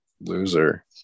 loser